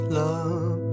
love